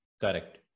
Correct